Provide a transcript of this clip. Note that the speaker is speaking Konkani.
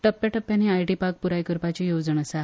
टप्प्याटप्प्यानी आयटी पार्क प्राय करपाची येवजण आसा